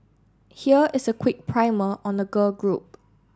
here is a quick primer on the girl group